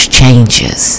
changes